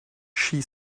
she